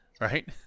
Right